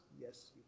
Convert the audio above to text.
yes